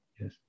yes